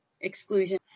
exclusion